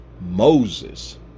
Moses